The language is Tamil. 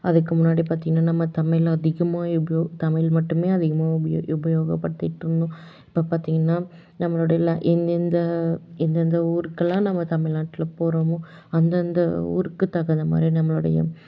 அதுக்கு முன்னாடி பாத்தோனா நம்ம தமிழ் அதிகமாக எப்பவும் தமிழ் மட்டும் அதிகமாக உபயோக உபயோகப்படுத்திட்டு இருந்தோம் இப்போ பார்த்திங்கன்னா நம்மளோட எங்கேங்கே எந்தந்த ஊருக்கெல்லாம் நம்ம தமிழ் நாட்டில் போகிறோமோ அந்தந்த ஊருக்கு தகுந்த மாதிரி நம்மளுடைய